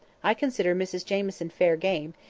i consider mrs jamieson fair game,